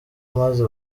maze